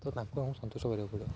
ତ ତାଙ୍କୁ ଆମକୁ ମୁଁ ସନ୍ତୁଷ୍ଟ କରିବାକୁ ପଡ଼ିବ